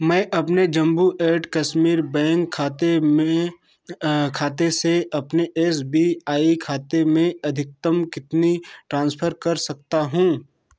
मैं अपने Jammu and Kashmir bank खाते में खाते से अपने एस बी आई खाते में अधिकतम कितनी ट्रांसफर कर सकता हूँ